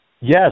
Yes